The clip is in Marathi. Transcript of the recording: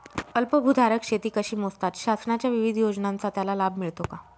अल्पभूधारक शेती कशी मोजतात? शासनाच्या विविध योजनांचा त्याला लाभ मिळतो का?